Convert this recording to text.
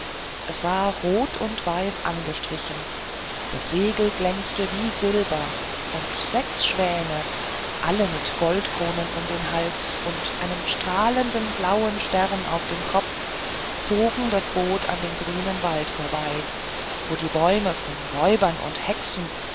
es war rot und weiß angestrichen das segel glänzte wie silber und sechs schwäne alle mit goldkronen um den hals und einem strahlenden blauen stern auf dem kopf zogen das boot an dem grünen walde vorbei wo die bäume von räubern und hexen